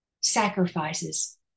sacrifices